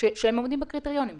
שהם עומדים בקריטריונים בקיצור.